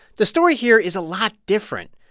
the story here is a lot different.